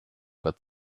but